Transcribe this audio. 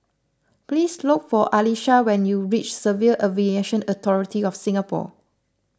please look for Elisha when you reach Civil Aviation Authority of Singapore